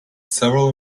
several